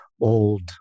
old